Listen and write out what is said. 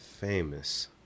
Famous